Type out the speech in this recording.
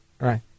right